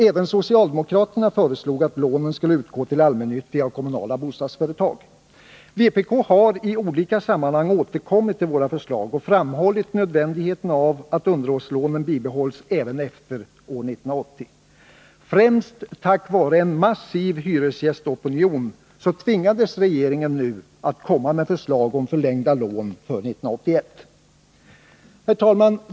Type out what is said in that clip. Även socialdemokraterna föreslog att lånen skulle utgå till allmännyttiga och kommunala bostadsföretag. Vpk har i olika sammanhang återkommit till dessa våra förslag och framhållit nödvändigheten av att underhållslånen bibehålls även efter år 1980. Främst tack vare en massiv hyresgästopinion tvingades regeringen nu att komma med förslag om förlängda lån för 1981. 15 Herr talman!